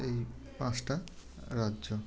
এই পাঁচটা রাজ্য